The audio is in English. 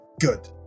Good